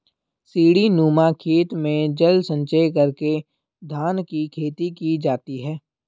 सीढ़ीनुमा खेत में जल संचय करके धान की खेती की जाती है